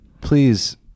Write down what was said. Please